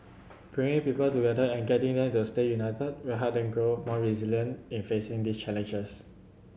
bringing people together and getting them to stay united will helping grow more resilient in facing the challenges